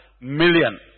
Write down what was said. million